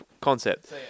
concept